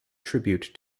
tribute